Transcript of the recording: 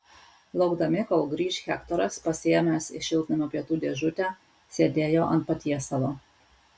laukdami kol grįš hektoras pasiėmęs iš šiltnamio pietų dėžutę sėdėjo ant patiesalo